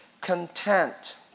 content